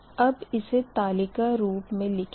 अब इसे तालिका रूप मे लिखेंगे